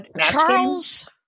Charles